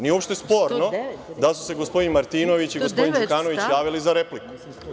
Nije uopšte sporno da su se gospodin Martinović i gospodin Đukanović javili za repliku.